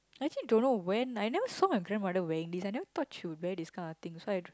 I actually don't know when I never saw my grandmother wearing this I never thought she would wear this kind of thing so I d~